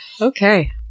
okay